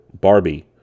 Barbie